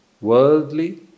Worldly